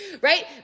right